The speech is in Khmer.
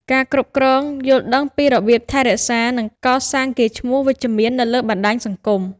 ការគ្រប់គ្រង យល់ដឹងពីរបៀបថែរក្សា និងកសាងកេរ្តិ៍ឈ្មោះវិជ្ជមាននៅលើបណ្តាញសង្គម។